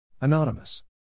Anonymous